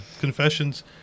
Confessions